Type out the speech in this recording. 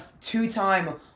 two-time